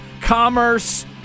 commerce